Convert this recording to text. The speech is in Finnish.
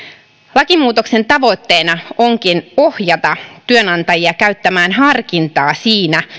lakimuutoksen tavoitteena onkin ohjata työnantajia käyttämään harkintaa siinä